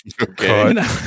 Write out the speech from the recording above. Okay